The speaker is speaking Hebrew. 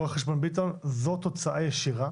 רו"ח ביטון, זאת תוצאה ישירה